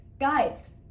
Guys